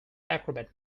acrobat